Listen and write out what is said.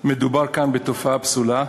מדובר כאן בתופעה פסולה,